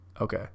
Okay